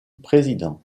président